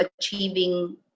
achieving